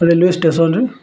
railway ଷ୍ଟେସନ୍ରେ